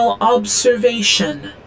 observation